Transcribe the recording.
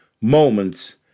moments